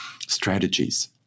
strategies